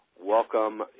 welcome